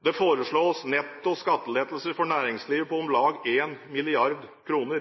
Det foreslås netto skattelettelser for næringslivet på om lag 1 mrd. kr.